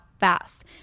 fast